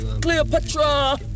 Cleopatra